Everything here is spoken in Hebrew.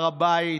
הר הבית,